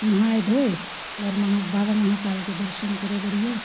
नहाए धोए और महा बाबा महाकाल के दर्शन करे बढ़िया